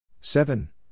seven